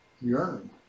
yearn